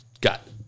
got